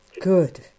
Good